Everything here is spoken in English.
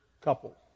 couple